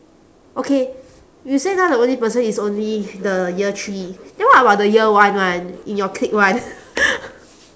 okay you say now the only person is only the year three then what about the year one [one] in your clique [one]